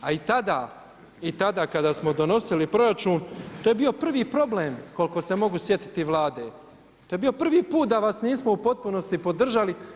A i tada i tada kada smo donosili proračun to je bio prvi problem koliko se mogu sjetiti Vlade, to je bilo prvi put da vas nismo u potpunosti podržali.